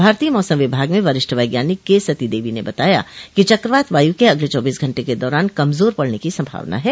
भारतीय मौसम विभाग में वरिष्ठ वैज्ञानिक के सती देवी ने बताया कि चक्रवात वायु के अगले चौबीस घंटे के दौरान कमजोर पड़ने की संभावना है